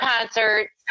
concerts